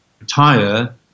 retire